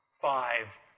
five